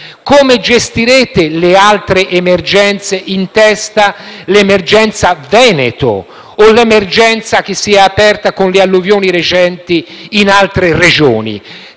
Come gestirete le altre emergenze, in testa l’emergenza Veneto o l’emergenza che si è aperta con le alluvioni recenti in altre Regioni?